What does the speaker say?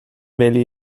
valley